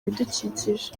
ibidukikije